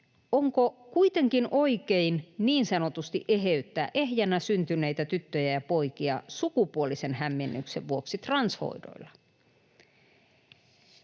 onko kuitenkin oikein niin sanotusti eheyttää ehjänä syntyneitä tyttöjä ja poikia sukupuolisen hämmennyksen vuoksi transhoidoilla.